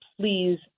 please